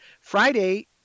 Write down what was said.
Friday